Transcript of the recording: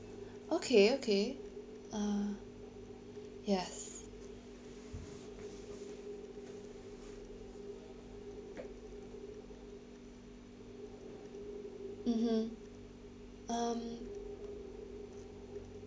okay okay uh yes mmhmm um